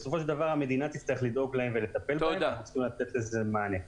בסופו של דבר המדינה תצטרך לדאוג להם ולטפל בהם וצריך לתת לזה מענה.